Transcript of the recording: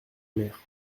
mer